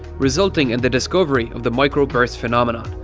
resulting in the discovery of the microburst phenomenon,